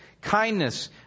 kindness